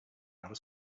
outer